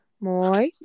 moi